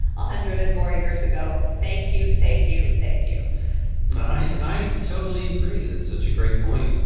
a hundred and more years ago. thank you. thank you. thank you i totally agree. that's such a great point.